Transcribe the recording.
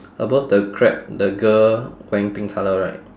above the crab the girl wearing pink colour right